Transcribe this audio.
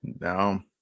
No